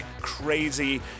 crazy